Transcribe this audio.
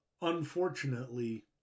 unfortunately